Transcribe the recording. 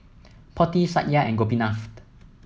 Potti Satya and Gopinath